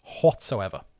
whatsoever